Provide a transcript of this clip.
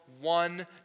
one